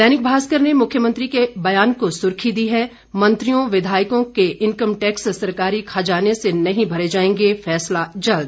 दैनिक भास्कर ने मुख्यमंत्री के बयान को सुर्खी दी है मंत्रियों विधायकों के इनकम टैक्स सरकारी खजाने से नहीं भरे जाएंगे फैसला जल्द